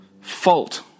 fault